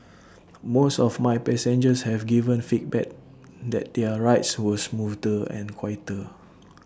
most of my passengers have given feedback that their rides were smoother and quieter